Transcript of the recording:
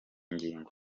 ngingo